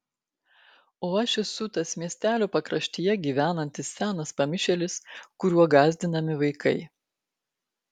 o aš esu tas miestelio pakraštyje gyvenantis senas pamišėlis kuriuo gąsdinami vaikai